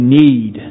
need